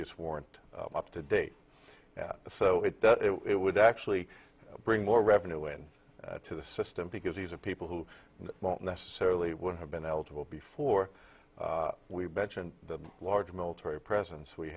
just weren't up to date so it does it would actually bring more revenue in to the system because these are people who don't necessarily would have been eligible before we bench and the large military presence we